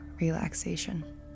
relaxation